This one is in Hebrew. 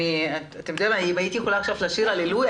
אם הייתי יכולה לשיר עכשיו "הללויה"